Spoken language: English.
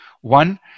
One